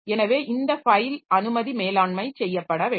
எனவே இந்த ஃபைல் அனுமதி மேலாண்மை செய்யப்பட வேண்டும்